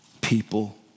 people